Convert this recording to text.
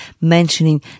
mentioning